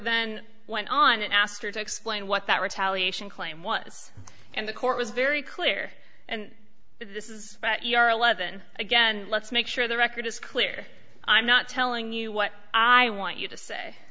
then went on and asked her to explain what that retaliation claim was and the court was very clear and this is about your eleven again let's make sure the record is clear i'm not telling you what i want you to say